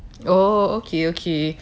oh okay okay